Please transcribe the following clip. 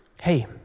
hey